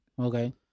Okay